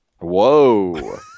Whoa